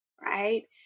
right